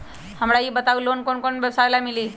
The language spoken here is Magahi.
हमरा ई बताऊ लोन कौन कौन व्यवसाय ला मिली?